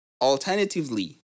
Alternatively